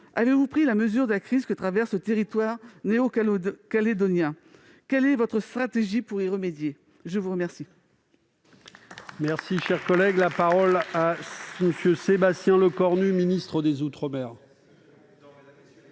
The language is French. Avez-vous pris la mesure de la crise que traverse le territoire néo-calédonien ? Quelle est votre stratégie pour y remédier ? La parole